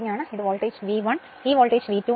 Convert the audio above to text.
ഈ voltage V 1 ഈ voltage V 2 ആണ്